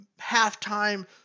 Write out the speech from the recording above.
halftime